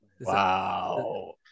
Wow